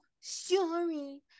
sorry